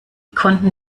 konnten